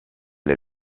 les